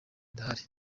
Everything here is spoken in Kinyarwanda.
ndahari